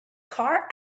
car